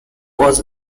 was